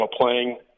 playing